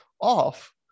off